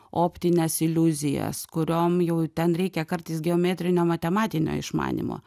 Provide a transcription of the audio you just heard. optines iliuzijas kuriom jau ten reikia kartais geometrinio matematinio išmanymo